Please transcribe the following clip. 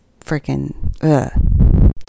freaking